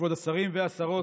כבוד השרים והשרות,